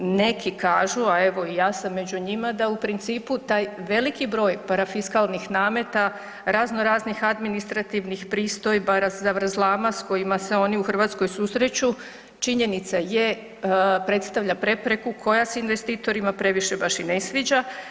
Neki kažu, a evo i ja sam među njima da u principu taj veliki broj parafiskalnih nameta, razno raznih administrativnih pristojba, zavrzlama s kojima se oni u Hrvatskoj susreću činjenica je predstavlja prepreku koja se investitorima previše baš i ne sviđa.